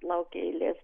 laukia eilės